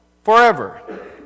Forever